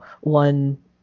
one